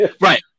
Right